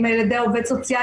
אם על ידי עובד סוציאלי,